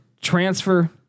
transfer